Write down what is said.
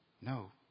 no